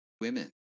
women